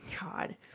God